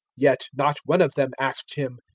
yet not one of them asked him,